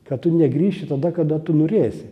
kad tu negrįši tada kada tu norėsi